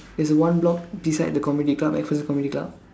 there's one block beside the comedy club breakfast comedy club